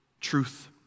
Truth